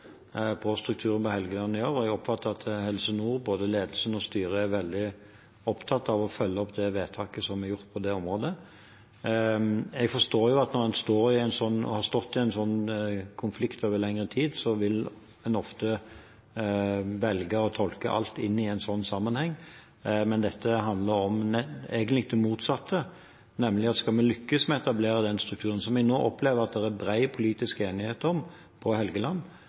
strukturen på Helgeland å gjøre. Jeg oppfatter at både ledelsen og styret i Helse Nord er veldig opptatt av å følge opp det vedtaket som er gjort på det området. Jeg forstår at når en har stått i en slik konflikt over lengre tid, vil en ofte velge å tolke alt inn i en slik sammenheng, men dette handler egentlig om det motsatte, nemlig at skal vi lykkes med å etablere den strukturen som vi nå opplever at det er bred politisk enighet om på Helgeland,